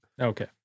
Okay